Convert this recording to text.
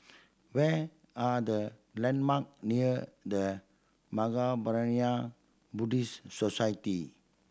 where are the landmark near The Mahaprajna Buddhist Society